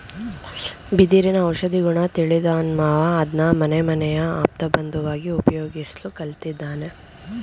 ಬಿದಿರಿನ ಔಷಧೀಗುಣ ತಿಳಿದ್ಮಾನವ ಅದ್ನ ಮನೆಮನೆಯ ಆಪ್ತಬಂಧುವಾಗಿ ಉಪಯೋಗಿಸ್ಲು ಕಲ್ತಿದ್ದಾನೆ